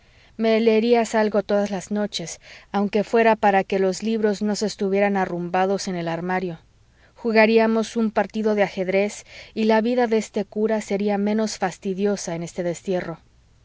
me leerías algo todas las noches aunque fuera para que los libros no se estuvieran arrumbados en el armario jugaríamos un partido de ajedrez y la vida de este cura sería menos fastidiosa en este destierro